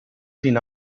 deny